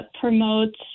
promotes